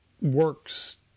works